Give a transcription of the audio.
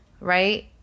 right